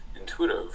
intuitive